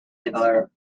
deliver